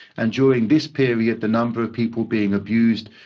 and during this period, the number of people being abused,